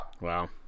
Wow